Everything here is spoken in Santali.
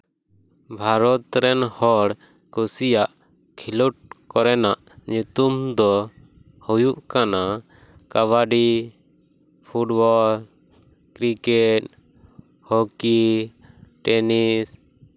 ᱵᱷᱟᱨᱚᱛ ᱨᱮᱱ ᱦᱚᱲ ᱠᱩᱥᱤᱭᱟᱜ ᱠᱷᱮᱞᱳᱰ ᱠᱚᱨᱮᱱᱟᱜ ᱧᱩᱛᱩᱢ ᱫᱚ ᱦᱩᱭᱩᱜ ᱠᱟᱱᱟ kabaddi football cricket hockey tennis